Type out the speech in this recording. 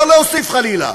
לא להוסיף חלילה,